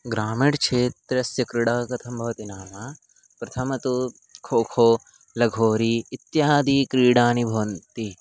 ग्रामीणक्षेत्रस्य क्रीडा कथं भवति नाम प्रथमं तु खोखो लघोरि इत्याद्यः क्रीडाः भवन्ति